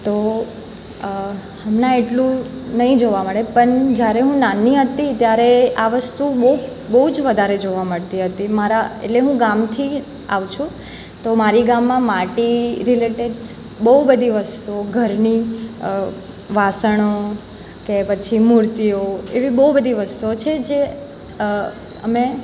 તો હમણાં એટલું નહીં જોવા મળે પણ જ્યારે હું નાની હતી ત્યારે આ વસ્તુ બહુ બહુ જ વધારે જોવા મળતી હતી મારા એટલે હું ગામથી આવું છું તો મારે એ ગામમાં માટી રિલેટેડ બહુ બધી વસ્તુઓ ઘરની વાસણો કે પછી મૂર્તિઓ એવી બહુ બધી વસ્તુઓ છે જે અમે